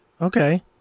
okay